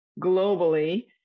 globally